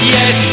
Yes